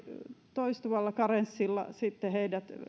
toistuvalla karenssilla sitten heidät